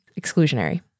exclusionary